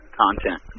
content